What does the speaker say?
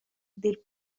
del